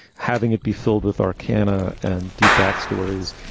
having it be filled with akana and deepak's stories,